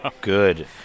Good